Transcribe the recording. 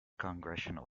congressional